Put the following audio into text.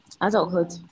Adulthood